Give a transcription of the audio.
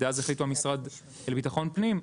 אז החליטו על המשרד לביטחון פנים,